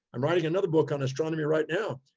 i'm writing another book on astronomy right now.